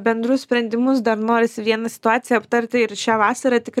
bendrus sprendimus dar norisi vieną situaciją aptarti ir šią vasarą tikrai